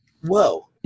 whoa